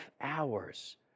hours